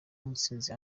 mutsinzi